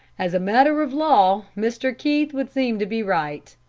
as a matter of law, mr. keith would seem to be right,